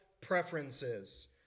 preferences